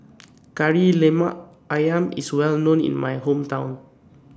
Kari Lemak Ayam IS Well known in My Hometown